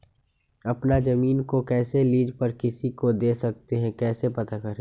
अपना जमीन को कैसे लीज पर किसी को दे सकते है कैसे पता करें?